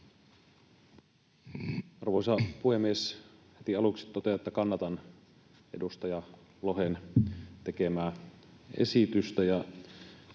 Arvoisa puhemies! Heti aluksi totean, että kannatan edustaja Lohen tekemää esitystä